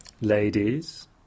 Ladies